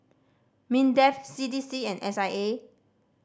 MINDEF C D C and S I A